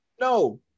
No